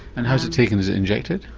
and how is it taken, is it injected?